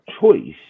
choice